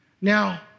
Now